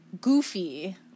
Goofy